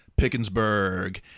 Pickensburg